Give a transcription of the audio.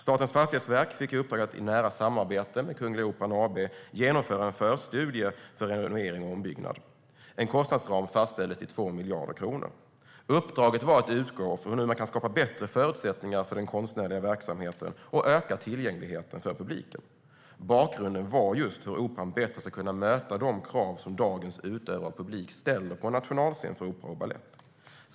Statens fastighetsverk fick i uppdrag att i nära samarbete med Kungliga Operan AB genomföra en förstudie för en renovering och ombyggnad. En kostnadsram fastställdes till 2 miljarder kronor. Uppdraget var att utgå från hur man kan skapa bättre förutsättningar för den konstnärliga verksamheten och öka tillgängligheten för publiken. Bakgrunden var just hur Operan bättre ska kunna möta de krav som dagens utövare och publik ställer på en nationalscen för opera och balett.